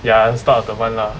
ya the start of the month lah